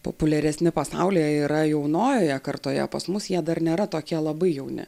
populiaresni pasaulyje yra jaunojoje kartoje pas mus jie dar nėra tokie labai jauni